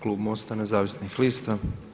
Klub MOST-a nezavisnih lista.